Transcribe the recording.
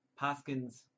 Paskins